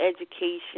education